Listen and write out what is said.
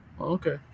okay